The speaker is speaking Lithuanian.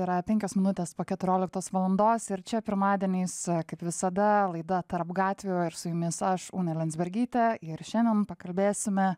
yra penkios minutės po keturioliktos valandos ir čia pirmadieniais kaip visada laida tarp gatvių ir su jumis aš unė liandzbergytė ir šiandien pakalbėsime